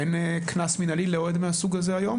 אין קנס מינהלי לאוהד מהסוג הזה היום?